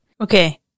Okay